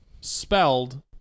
spelled